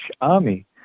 army